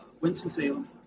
winston-salem